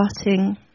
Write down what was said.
starting